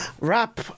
Wrap